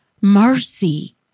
mercy